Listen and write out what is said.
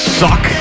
suck